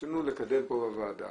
ניסינו לקדם בוועדה,